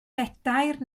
bedair